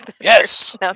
Yes